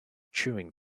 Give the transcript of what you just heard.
chewing